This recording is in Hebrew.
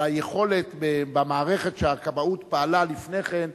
אבל היכולת במערכת שהכבאות פעלה בה לפני כן,